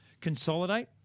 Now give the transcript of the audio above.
consolidate